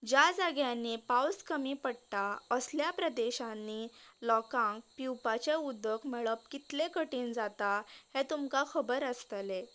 ज्या जाग्यांनी पावस कमी पडटा असल्या प्रदेशांनी लोकांक पिवपाचे उदक मेळप कितले कठीन जाता हे तुमकां खबर आसतले